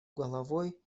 головой